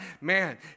man